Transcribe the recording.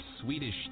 Swedish